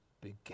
began